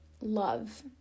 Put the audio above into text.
love